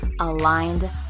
aligned